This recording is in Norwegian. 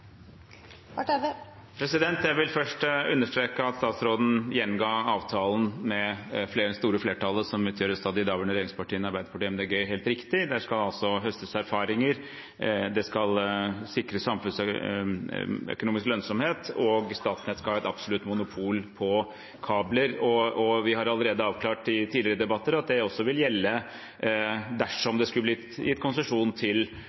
Barth Eide – til oppfølgingsspørsmål. Jeg vil først understreke at statsråden gjenga avtalen med det store flertallet som utgjøres av de daværende regjeringspartiene, samt Arbeiderpartiet og Miljøpartiet De Grønne, helt riktig. Der skal det høstes erfaringer, det skal sikres samfunnsøkonomisk lønnsomhet, og Statnett skal ha et absolutt monopol på kabler. Vi har allerede i tidligere debatter avklart at det også vil gjelde dersom det skulle bli gitt konsesjon til